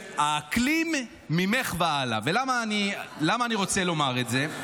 שהאקלים ממך והלאה, ולמה אני רוצה לומר את זה?